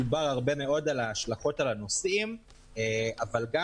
דובר הרבה מאוד על ההשלכות על הנוסעים אבל גם